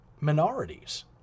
minorities